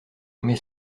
mais